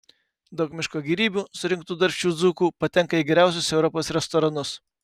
daug miško gėrybių surinktų darbščių dzūkų patenka į geriausius europos restoranus